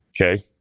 Okay